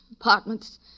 apartments